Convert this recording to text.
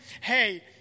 hey